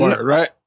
right